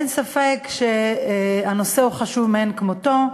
אין ספק שהנושא חשוב מאין כמותו,